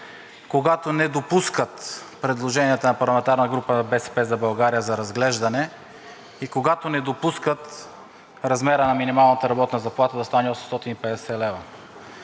когато не допускат предложенията на парламентарната група на „БСП за България“ за разглеждане и когато не допускат размера на минималната работна заплата да стане 850 лв.